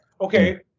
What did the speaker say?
Okay